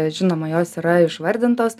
žinoma jos yra išvardintos